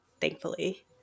thankfully